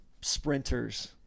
sprinters